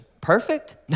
Perfect